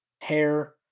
hair